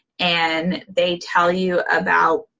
and they tell you about